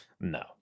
No